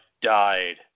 died